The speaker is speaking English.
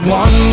one